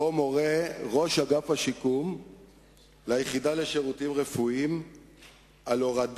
שבו ראש אגף השיקום מורה ליחידה לשירותים רפואיים להוריד